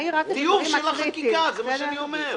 טיוב של החקיקה זה מה שאני אומר.